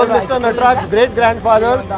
nataraj's great grandfather,